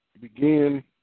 begin